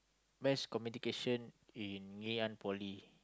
mass communication in Ngee-Ann-Poly